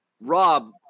Rob